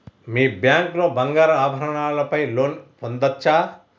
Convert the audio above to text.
మీ bank లో బంగారు ఆభరణాల పై లోన్ పొందచ్చా?